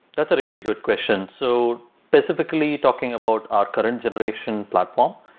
that's a really good question. so specifically, talking about our current iteration platform,